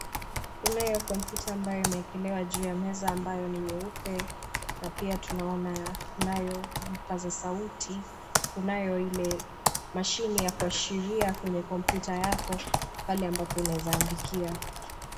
Kunayo kompyuta ambaye ameikelewa juu ya meza ambayo ni nyeupe, na pia tunaona kunayo vipaza sauti .Kunayo ile mashini ya kuashiria kwenye kompyuta yako pale ambapo unaweza andikia.